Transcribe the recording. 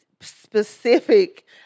specific